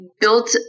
built